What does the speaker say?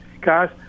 guys